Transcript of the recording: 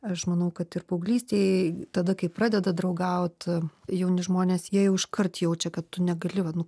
aš manau kad ir paauglystėj tada kai pradeda draugaut jauni žmonės jie jau iškart jaučia kad tu negali va nu